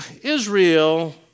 Israel